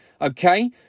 okay